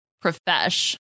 profesh